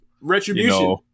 Retribution